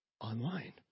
online